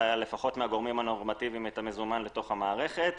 לפחות מהגורמים הנורמטיביים את המזומן לתוך המערכת.